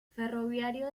ferroviario